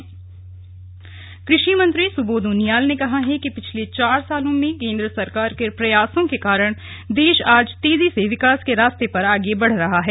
चार साल मोदी सरकार कृषि मंत्री सुबोध उनियाल ने कहा है कि पिछले चार सालों में केन्द्र सरकार के प्रयासों के कारण देश आज तेजी से विकास के रास्ते पर आगे बढ़ रहा है